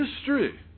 history